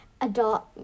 adult